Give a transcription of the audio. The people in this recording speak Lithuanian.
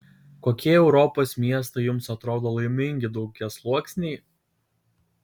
kokie europos miestai jums atrodo laimingi daugiasluoksniai